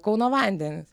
kauno vanden